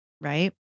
Right